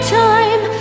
time